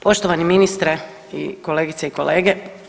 Poštovani ministre i kolegice i kolege.